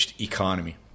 economy